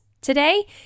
Today